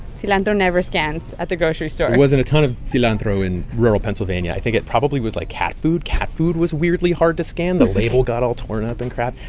cilantro never scans at the grocery store there wasn't a ton of cilantro in rural pennsylvania. i think it probably was, like, cat food. cat food was weirdly hard to scan. the label got all torn up and crap.